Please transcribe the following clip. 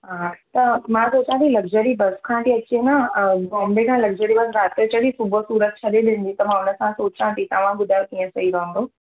हा त मां सोचां थी लक्जरी बसि खां थी अची वञा बॉम्बे खां लक्जरी बसि रातिजो चड़ी सुबुह जो सूरत छॾे ॾींदी त मां हुन सां सोचां थी तव्हां ॿुधायो कीअं सही रहंदो